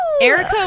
Erica